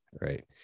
right